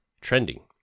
trending